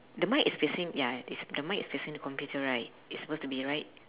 the mic is facing ya it's the mic is facing the computer right it's supposed to be right